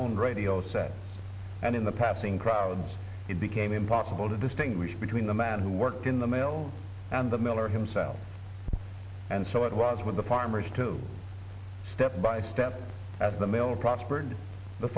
on radio set and in the passing crowd it became impossible to distinguish between the man who worked in the mail and the miller himself and so it was with the farmers to step by step as the mail prospered the